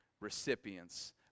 recipients